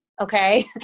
okay